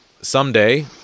someday